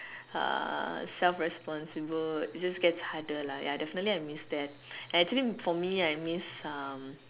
uh self responsible just get harder lah ya definitely I miss that and actually for me I miss um